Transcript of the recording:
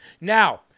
Now